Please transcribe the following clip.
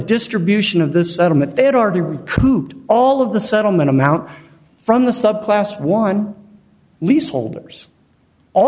distribution of this settlement they had already been cooped all of the settlement amount from the subclass one lease